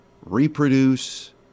reproduce